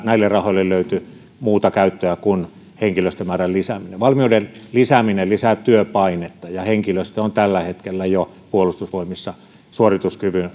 näille rahoille löytyi muuta käyttöä kuin henkilöstömäärän lisääminen valmiuden lisääminen lisää työpainetta ja henkilöstö on jo tällä hetkellä puolustusvoimissa suorituskyvyn